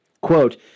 Quote